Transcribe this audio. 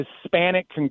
Hispanic